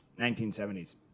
1970s